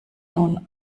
nun